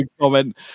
Comment